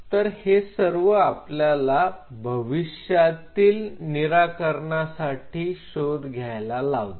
तर हे सर्व आपल्याला भविष्यातील निराकरणासाठी शोध घ्यायला लावते